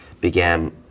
began